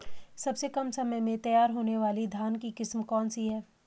सबसे कम समय में तैयार होने वाली धान की किस्म कौन सी है?